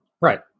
Right